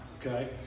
okay